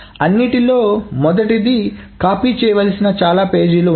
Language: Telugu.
అన్నింటిలో మొదటిది కాపీ చేయవలసిన చాలా పేజీలు ఉన్నాయి